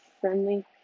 friendly